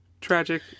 tragic